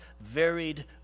varied